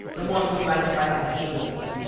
the one who would like to buy some jewels.